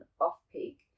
off-peak